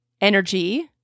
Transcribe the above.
energy